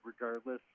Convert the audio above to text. regardless